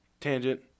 tangent